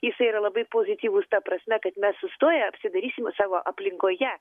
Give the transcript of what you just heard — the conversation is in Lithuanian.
jisai yra labai pozityvus ta prasme kad mes sustoję apsidairysime savo aplinkoje